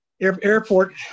airport